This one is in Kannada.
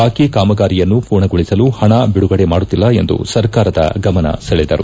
ಬಾಕಿ ಕಾಮಗಾರಿಯನ್ನು ಪೂರ್ಣಗೊಳಿಸಲು ಹಣ ಬಿಡುಗಡೆ ಮಾಡುತ್ತಿಲ್ಲ ಎಂದು ಸರ್ಕಾರದ ಗಮನ ಸೆಳೆದರು